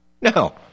No